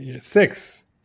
six